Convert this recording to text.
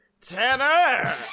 Tanner